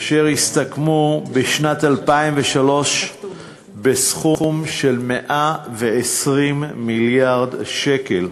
אשר הסתכמו בשנת 2003 בסכום של 120 מיליארד שקל,